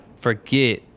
forget